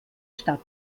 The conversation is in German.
stadt